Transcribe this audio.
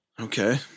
Okay